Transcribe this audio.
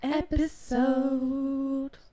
episode